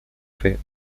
fait